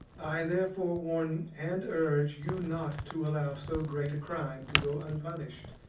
i, therefore, warn and urge you not to allow so great a crime to go unpunished.